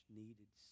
needed